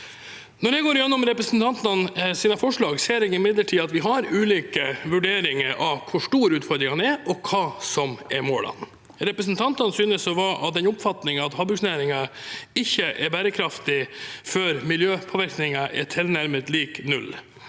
Når jeg går gjennom representantenes forslag, ser jeg imidlertid at vi har ulike vurderinger av hvor store utfordringene er, og hva som er målene. Representantene synes å være av den oppfatning at havbruksnæringen ikke er bærekraftig før miljøpåvirkningen er tilnærmet lik null.